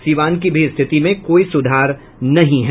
सिवान की भी स्थिति में कोई सुधार नहीं है